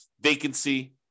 vacancy